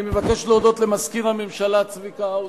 אני מבקש להודות למזכיר הממשלה צביקה האוזר,